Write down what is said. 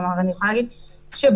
אני יכולה להגיד שרוחבית,